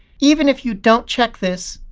even if you don't check this,